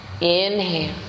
Inhale